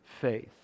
faith